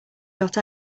got